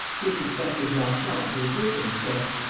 chief-inspector blanchon, who was with him, said